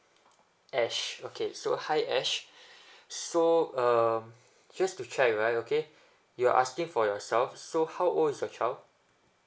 ash okay so hi ash so uh just to check right okay you are asking for yourself so how old is your child